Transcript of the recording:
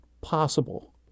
possible